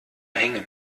hängen